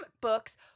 books